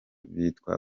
bwitwa